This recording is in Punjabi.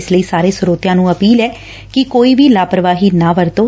ਇਸ ਲਈ ਸਾਰੇ ਸਰੋਤਿਆਂ ਨੂੰ ਅਪੀਲ ਐ ਕਿ ਕੋਈ ਵੀ ਲਾਪਰਵਾਹੀ ਨਾ ਵਰਤੋਂ